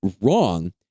wrong